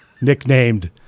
nicknamed